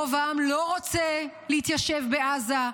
רוב העם לא רוצה להתיישב בעזה,